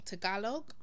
Tagalog